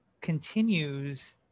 continues